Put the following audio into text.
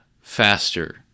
faster